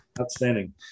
Outstanding